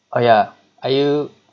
oh yeah are you